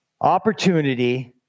opportunity